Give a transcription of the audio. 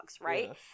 right